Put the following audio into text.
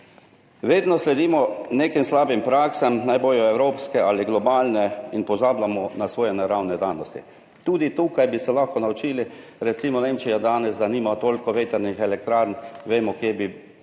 Vedno sledimo nekim slabim praksam, naj bodo evropske ali globalne, in pozabljamo na svoje naravne danosti. Tudi tukaj bi se lahko naučili, recimo Nemčija, ki nima toliko vetrnih elektrarn, vemo, kje bi